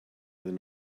iddyn